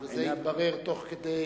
וזה יתברר תוך כדי,